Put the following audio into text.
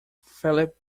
philip